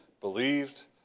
Believed